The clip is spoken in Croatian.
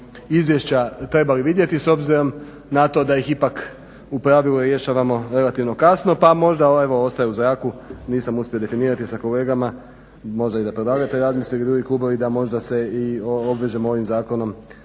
izvješća trebali vidjeti s obzirom na to da ih ipak u pravilu rješavamo relativno kasno pa možda evo ostaju u zraku, nisam uspio definirati sa kolegama, možda da i predlagatelj razmisli i drugi klubovi da možda se i obvežemo ovim zakonom